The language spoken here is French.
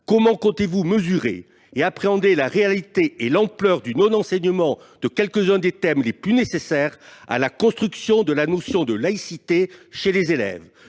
nationale, mesurer et appréhender la réalité et l'ampleur du non-enseignement de quelques-uns des thèmes les plus nécessaires à la construction de la notion de laïcité chez les élèves ?